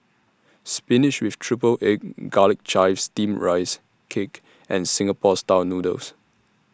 Spinach with Triple Egg Garlic Chives Steamed Rice Cake and Singapore Style Noodles